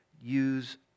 use